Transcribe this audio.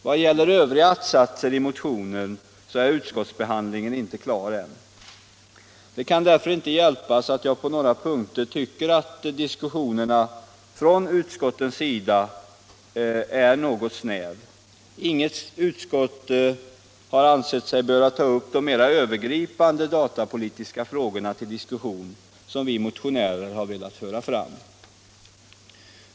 Vad gäller övriga att-satser i motionen är utskottsbehandlingen inte klar än. Det kan därför inte hjälpas att jag på några punkter tycker att utskottens resonemang är något snäva. Inget utskott har ansett sig böra ta upp de mera övergripande datapolitiska frågor till diskussion som vi motionärer velat föra fram. Herr talman!